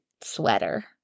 sweater